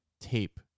tape